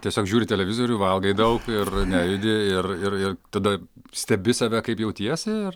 tiesiog žiūri televizorių valgai daug ir nejudi ir ir tada stebi save kaip jautiesi ar